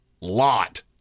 lot